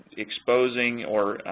exposing, or,